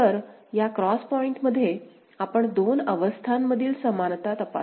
तर या cross points मध्ये आपण दोन अवस्थांमधील समानता तपासू